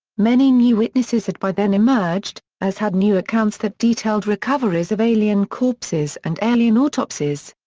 many new witnesses had by then emerged, as had new accounts that detailed recoveries of alien corpses and alien autopsies.